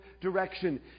direction